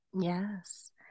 yes